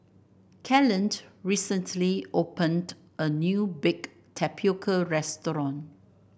Kellen recently opened a new bake tapioca restaurant